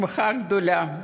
שמחה גדולה,